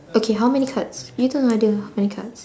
okay how many cards you don't lie there how many cards